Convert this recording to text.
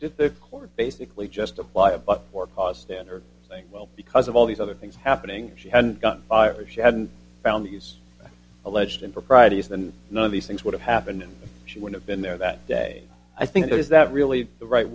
the court basically just a quiet or cause standard saying well because of all these other things happening she hadn't gotten fired she hadn't found these alleged improprieties then none of these things would have happened and she would have been there that day i think there is that really the right